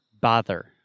Bother